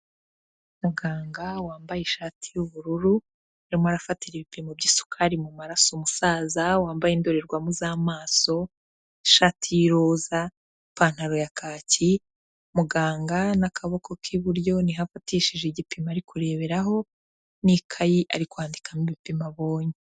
Muganga wambaye ishati y'ubururu arimo arafatatira ibipimo by'isukari mu maraso umusaza wambaye indorerwamu z'amaso, ishati y'iroza, ipantaro ya kaki, muganga n'akaboko k'iburyo ni ho afatishije igipimo ari kureberaho n'ikayi ari kwandikamo ibipimo abonye.